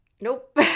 Nope